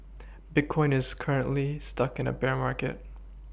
bitcoin is currently stuck in a bear market